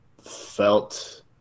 felt